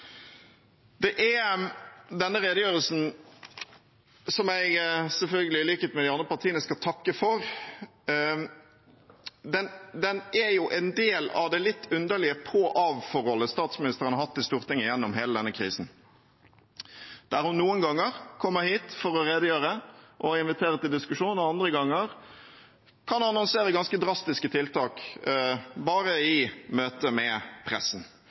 Denne redegjørelsen, som jeg selvfølgelig i likhet med de andre partiene skal takke for, er jo en del av det litt underlige på/av-forholdet statsministeren har hatt til Stortinget gjennom hele denne krisen, der hun noen ganger kommer hit for å redegjøre og inviterer til diskusjon, og andre ganger kan annonsere ganske drastiske tiltak bare i møte med pressen.